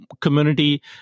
community